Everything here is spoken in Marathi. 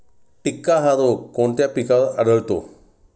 टिक्का हा रोग कोणत्या पिकावर आढळतो?